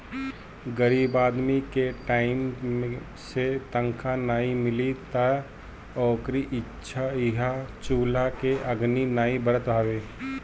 गरीब आदमी के टाइम से तनखा नाइ मिली तअ ओकरी इहां चुला में आगि नाइ बरत हवे